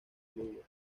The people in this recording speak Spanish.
lluvia